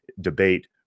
debate